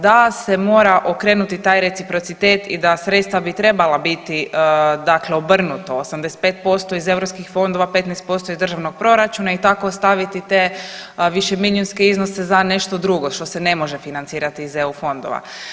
Da se mora okrenuti taj reciprocitet i da sredstva bi trebala biti, dakle obrnuto 85% iz europskih fondova, 15% iz državnog proračuna i tako ostaviti te višemilijunske iznose za nešto drugo što se ne može financirati iz EU fondova.